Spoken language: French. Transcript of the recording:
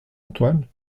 antoine